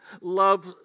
Love